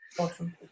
awesome